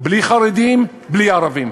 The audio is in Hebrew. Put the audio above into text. בלי חרדים, בלי ערבים.